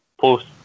post